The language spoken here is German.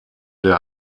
der